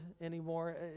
anymore